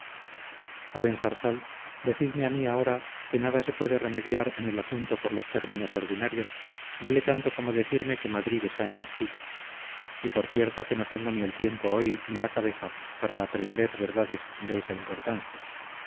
a mí ahora que nada se puede remediar en el asunto por los términos ordinarios vale tanto como decirme que madrid está en castilla y por cierto que no tengo ni el tiempo hoy ni la cabeza para aprender verdades de esa importancia